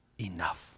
enough